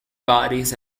bodies